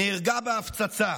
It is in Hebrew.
נהרגה בהפצצה.